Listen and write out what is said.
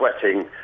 sweating